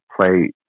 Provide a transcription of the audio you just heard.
play